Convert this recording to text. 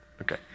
Okay